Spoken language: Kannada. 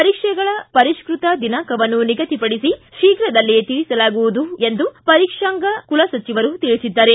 ಪರೀಕ್ಷೆಗಳ ಪರಿಷ್ಟತ ದಿನಾಂಕವನ್ನು ನಿಗದಿಪಡಿಸಿ ಶೀಫ್ರದಲ್ಲೇ ತಿಳಿಸಲಾಗುವುದು ಎಂದು ಪರೀಕ್ಷಾಂಗ ಕುಲಸಚಿವರು ತಿಳಿಸಿದ್ದಾರೆ